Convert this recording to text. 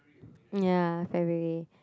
ya February